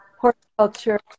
horticulture